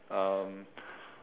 um